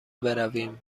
برویم